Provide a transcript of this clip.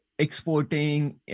Exporting